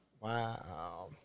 Wow